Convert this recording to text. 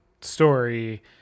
story